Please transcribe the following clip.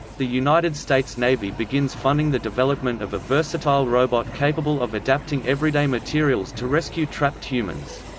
the united states navy begins funding the development of a versatile robot capable of adapting everyday materials to rescue trapped humans.